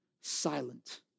silent